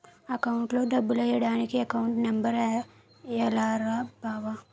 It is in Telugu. అకౌంట్లో డబ్బులెయ్యడానికి ఎకౌంటు నెంబర్ రాయాల్రా బావో